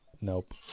Nope